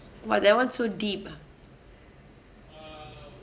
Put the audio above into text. !wah! that one too deep ah